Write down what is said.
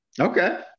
okay